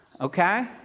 okay